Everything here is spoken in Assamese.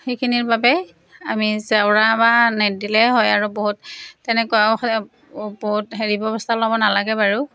সেইখিনিৰ বাবে আমি জেওৰা বা নেট দিলেই হয় আৰু বহুত তেনেকুৱা বহুত হেৰি ব্যৱস্থা ল'ব নালাগে বাৰু